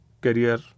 career